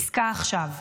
עסקה עכשיו.